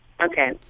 Okay